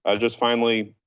ah just finally,